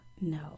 no